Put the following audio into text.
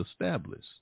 established